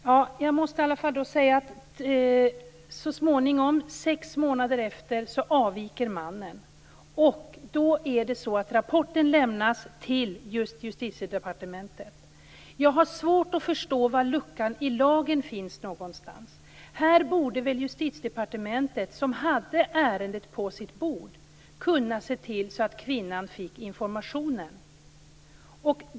Herr talman! Jag måste i alla fall säga att sex månader efter avviker mannen. Rapporten lämnas till Jag har svårt att förstå var luckan i lagen finns. Här borde väl Justitiedepartementet, som hade ärendet på sitt bord, kunnat se till så att kvinnan fick informationen.